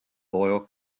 loyal